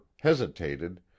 hesitated